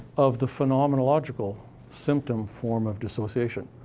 of the phenomenological symptom form of dissociation.